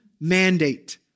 mandate